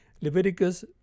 Leviticus